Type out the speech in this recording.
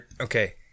okay